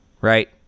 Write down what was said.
right